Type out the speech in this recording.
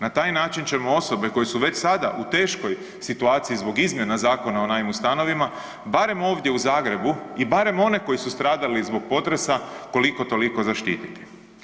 Na taj način ćemo osobe koje su već sada u teškoj situaciji zbog izmjena Zakona o najmu stanovima, barem ovdje u Zagrebu i barem one koji su stradali zbog potresa, koliko-toliko zaštititi.